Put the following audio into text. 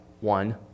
One